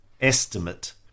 estimate